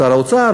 שר האוצר,